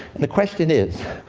and the question is,